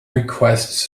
requests